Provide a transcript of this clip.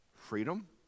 freedom